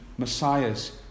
Messiah's